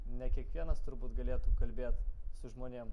ne kiekvienas turbūt galėtų kalbėt su žmonėm